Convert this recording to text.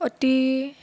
অতি